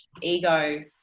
ego